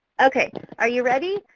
okay, are you ready?